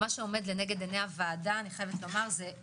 מה שעומד לנגד עיני הוועדה זה טיפול